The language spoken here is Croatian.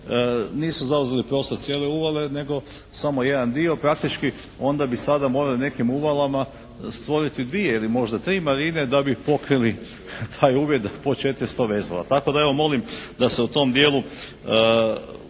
nisu zauzele prostor cijele uvale nego samo jedan dio. Praktički onda bi sada morali nekim uvalama stvoriti dvije ili možda tri marine da bi pokrili taj uvjet po 400 vezova. Tako da evo, molim da se u tom dijelu